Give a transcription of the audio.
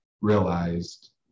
realized